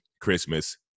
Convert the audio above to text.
Christmas